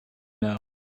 know